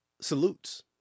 salutes